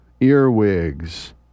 earwigs